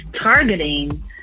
targeting